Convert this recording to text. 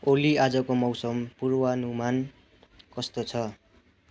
ओली आजको मौसम पूर्वानुमान कस्तो छ